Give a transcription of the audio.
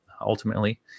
Ultimately